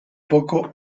poco